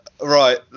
right